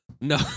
no